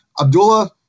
Abdullah